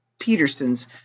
Peterson's